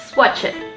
watch it